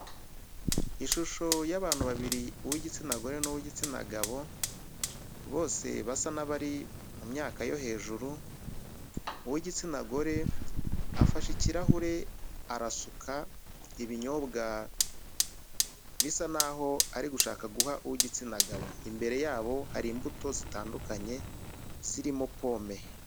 Ishusho y'abantu babiri, uw'igitsina gore n'uw'igitsina gabo, bose basa n'abari mu myaka yo hejuru, uw'igitsina gore afashe ikirahure arasuka ibinyobwa bisa n'aho ari gushaka guha uw'igitsina gabo. Imbere yabo hari imbuto zitandukanye zirimo pome.